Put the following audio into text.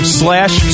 slash